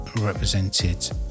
represented